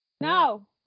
No